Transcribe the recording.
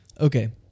Okay